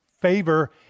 favor